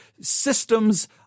systems